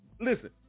listen